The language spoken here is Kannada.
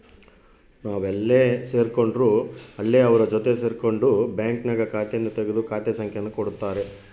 ನಾವೆಲ್ಲೇ ಸೇರ್ಕೊಂಡ್ರು ಅಲ್ಲಿ ಅವರ ಜೊತೆ ಸೇರ್ಕೊಂಡು ಬ್ಯಾಂಕ್ನಾಗ ಖಾತೆಯನ್ನು ತೆಗೆದು ಖಾತೆ ಸಂಖ್ಯೆಯನ್ನು ಕೊಡುತ್ತಾರೆ